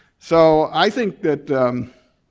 so i think that